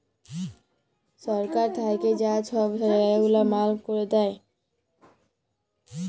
সরকার থ্যাইকে যা ছব জায়গা গুলা মার্ক ক্যইরে দেয়